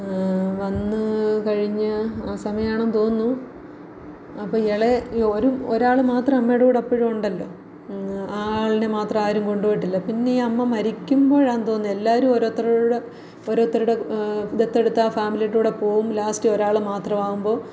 വന്ന് കഴിഞ്ഞ് ആ സമയമാണെന്ന് തോന്നുന്നു അപ്പം ഇളയ ഈ ഒരു ഒരാൾ മാത്രം അമ്മേടെ കൂടെ അപ്പോഴുമുണ്ടല്ലോ ആ ആളിനെ മാത്രവാരും കൊണ്ടു പോയിട്ടില്ല പിന്നെ ഈ അമ്മ മരിക്കുമ്പോഴാന്തോന്നുന്നു എല്ലാവരും ഓരോരുത്തരുടെ കൂടെ ഓരോത്തരുടെ ദത്തെടുത്ത ആ ഫാമിലീടെക്കൂടെ പോവും ലാസ്റ്റ് ഒരാൾ മാത്രമാവുമ്പം